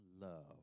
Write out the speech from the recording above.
love